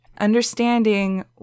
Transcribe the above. understanding